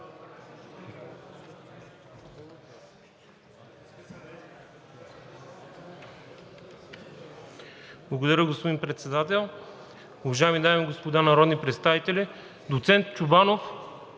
Благодаря, господин Председател. Уважаеми дами и господа народни представители! Доцент Чобанов,